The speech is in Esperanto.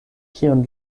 kion